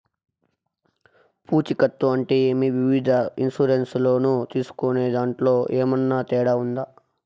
పూచికత్తు అంటే ఏమి? వివిధ ఇన్సూరెన్సు లోను తీసుకునేదాంట్లో ఏమన్నా తేడా ఉందా?